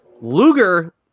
Luger